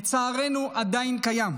לצערנו, עדיין קיים,